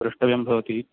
द्रष्टव्यं भवति